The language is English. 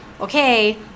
okay